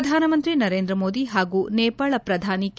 ಪ್ರಧಾನಮಂತ್ರಿ ನರೇಂದ್ರ ಮೋದಿ ಹಾಗೂ ನೇಪಾಳ ಪ್ರಧಾನಿ ಕೆ